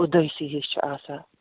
اُدٲسی ہِش چھِ آسان